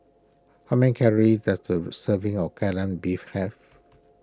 how many calories does a serving of Kai Lan Beef have